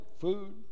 food